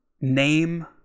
name